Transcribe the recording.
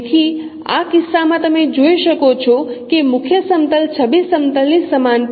તેથી આ કિસ્સામાં તમે જોઈ શકો છો કે મુખ્ય સમતલ છબી સમતલ ની સમાંતર છે